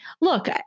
Look